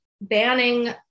banning